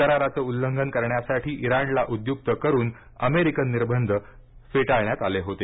कराराचं उल्लंघन करण्यासाठी इराणला उद्युक करून अमेरिकन निर्बंध फेटाळण्यात आले होते